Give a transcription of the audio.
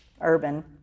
Urban